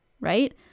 right